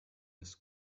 ist